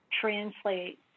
translate